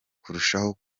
kurushaho